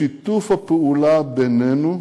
בשיתוף הפעולה בינינו,